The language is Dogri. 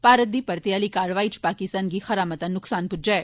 भारत दी परते आह्ली कार्रवाई च पाकिस्तान गी खरा मता नुक्सान होआ ऐ